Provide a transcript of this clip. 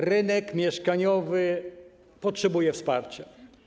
Rynek mieszkaniowy potrzebuje wsparcia.